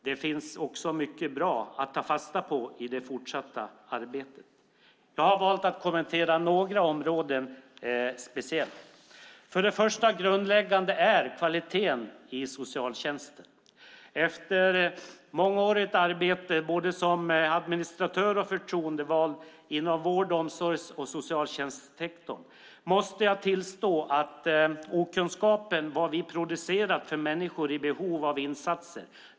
Det finns också mycket bra att ta fasta på i det fortsatta arbetet. Jag väljer att kommentera några områden speciellt. Det första och grundläggande är kvalitet i socialtjänsten. Efter mångårigt arbete både som administratör och som förtroendevald inom vård-, omsorgs och socialtjänstsektorn måste jag tillstå att det finns en okunskap om vad vi producerat för människor i behov av insatser.